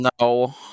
No